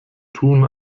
tun